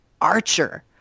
Archer